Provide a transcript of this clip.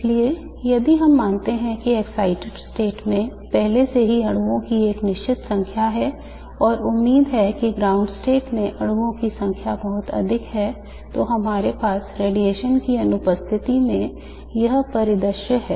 इसलिए यदि हम मानते हैं कि excited state में पहले से ही अणुओं की एक निश्चित संख्या है और उम्मीद है कि ground state में अणुओं की संख्या बहुत अधिक है तो हमारे पास रेडिएशन की अनुपस्थिति में यह परिदृश्य है